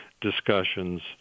discussions